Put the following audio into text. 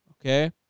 Okay